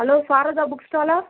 hello Sharada books ஸ்டாலா